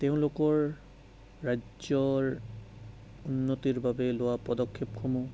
তেওঁলোকৰ ৰাজ্যৰ উন্নতিৰ বাবে লোৱা পদক্ষেপসমূহ